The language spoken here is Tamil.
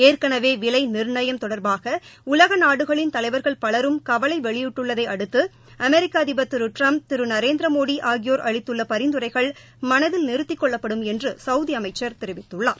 ஏற்கனவே விலை நிர்ணயம் தொடர்பாக உலக நாடுகளின் தலைவர்கள் பலரும் கவலை வெளியிட்டுள்ளதை அடுத்து அமெிக்க அதிபர் திரு ட்டிரம்ப் திரு நரேந்திரமோடி ஆகியோர் அளித்துள்ள பரிந்துரைகள் மனதில் நிறுத்திக் கொள்ளப்படும் என்று சௌதி அமைச்சர் தெரிவித்துள்ளார்